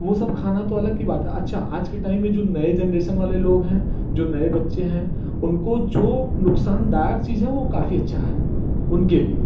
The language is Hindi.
वो सब खाना तो अलग की बात है अच्छा आज के टाइम में जो नये जेनरेसन वाले लोग हैं जो नए बच्चे हैं उनको जो नुकसानदायक चीज हैं वो काफ़ी अच्छा है उनके लिए